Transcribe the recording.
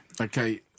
Okay